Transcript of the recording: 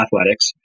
athletics